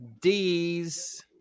d's